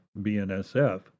BNSF